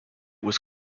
was